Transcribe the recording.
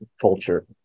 culture